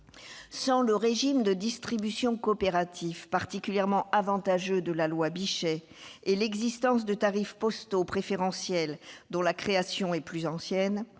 Sans le régime de distribution coopératif, particulièrement avantageux, de la loi Bichet et l'existence de tarifs postaux préférentiels, dont la création est plus ancienne,